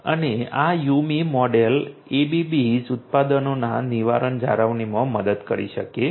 અને આ YuMi model ABBs ઉત્પાદનોના નિવારક જાળવણીમાં મદદ કરી શકે છે